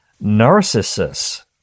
Narcissus